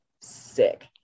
sick